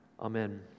Amen